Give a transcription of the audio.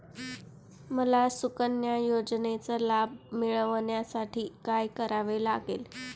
मला सुकन्या योजनेचा लाभ मिळवण्यासाठी काय करावे लागेल?